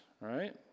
right